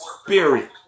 Spirit